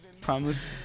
Promise